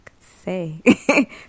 say